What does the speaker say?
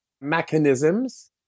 mechanisms